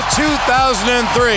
2003